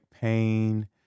pain